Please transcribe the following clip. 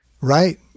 Right